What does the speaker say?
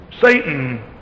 Satan